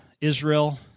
Israel